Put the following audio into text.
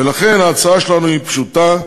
ולכן ההצעה שלנו היא פשוטה: